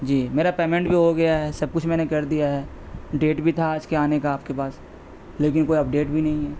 جی میرا پیمنٹ بھی ہو گیا ہے سب کچھ میں نے کر دیا ہے ڈیٹ بھی تھا آج کے آنے کا آپ کے پاس لیکن کوئی اپڈیٹ بھی نہیں ہے